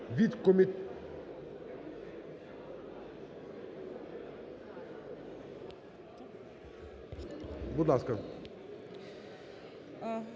Від комітету... Будь ласка.